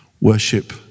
Worship